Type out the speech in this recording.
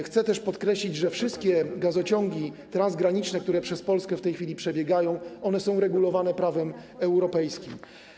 Chcę też podkreślić, że wszystkie gazociągi transgraniczne, które przez Polskę w tej chwili przebiegają, są regulowane prawem europejskim.